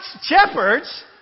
Shepherds